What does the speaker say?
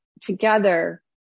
together